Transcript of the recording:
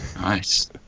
Nice